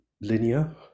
linear